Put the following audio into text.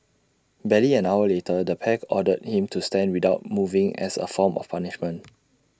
barely an hour later the pair ordered him to stand without moving as A form of punishment